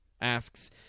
asks